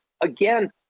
again